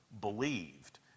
believed